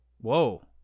whoa